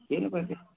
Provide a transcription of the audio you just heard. ಏನು